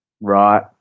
Right